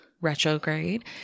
retrograde